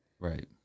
Right